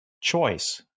choice